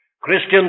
Christian